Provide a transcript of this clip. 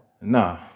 Nah